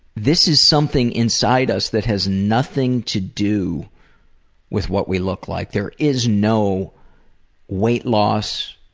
this is something inside us that has nothing to do with what we look like. there is no weight loss,